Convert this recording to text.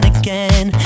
again